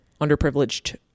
underprivileged